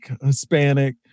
Hispanic